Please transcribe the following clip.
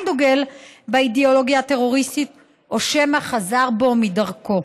דוגל באידיאולוגיה הטרוריסטית או שמא חזר בו מדרכו.